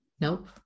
Nope